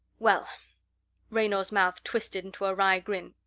well raynor's mouth twisted into a wry grin.